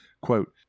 quote